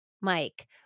Mike